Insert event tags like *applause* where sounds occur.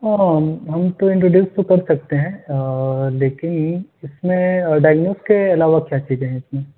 *unintelligible* ہم ہم twenty days تو کر سکتے ہیں لیکن اس میں ڈائگنوز کے علاوہ کیا چیزیں ہیں اس میں